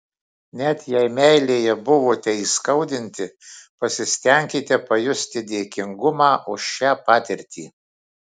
net jei meilėje buvote įskaudinti pasistenkite pajusti dėkingumą už šią patirtį